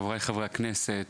חבריי חברי הכנסת,